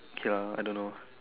ya I don't know